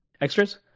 extras